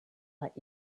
let